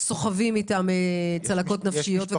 סוחבים אתם צלקות נפשיות.